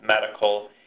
medical